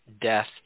death